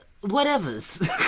whatever's